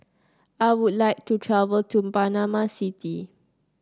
I would like to travel to Panama City